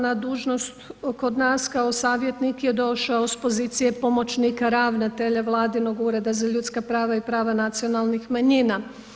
Na dužnost kod nas kao savjetnik je došao s pozicije pomoćnika ravnatelja Vladinog Ureda za ljudska prava i prava nacionalnih manjina.